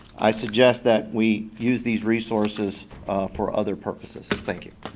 i suggest that we use these resources for other purposes, and thank you.